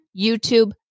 YouTube